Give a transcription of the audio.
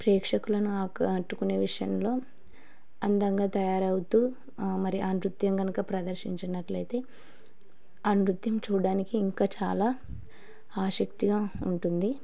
ప్రేక్షకులను ఆ ఆకట్టుకునే విషయంలో అందంగా తయారు అవుతు మరి ఆ నృత్యం కనుక ప్రదర్శించినట్టు అయితే ఆ నృత్యం చూడడానికి ఇంకా చాలా ఆసక్తిగా ఉంటుంది